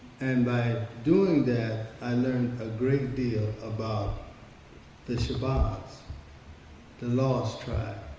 and by doing that i learned a great deal about the shabazz, the lost tribe,